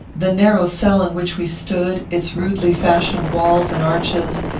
the narrow cell in which we stood, its rudely-fashioned walls and arches,